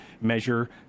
measure